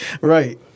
Right